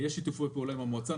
יש שיתופי פעולה עם המועצה.